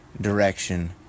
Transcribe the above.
direction